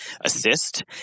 assist